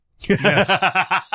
Yes